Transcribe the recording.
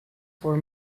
were